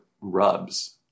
rubs